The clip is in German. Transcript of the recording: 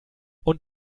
und